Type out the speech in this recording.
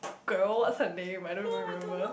girl what's her name I don't even remember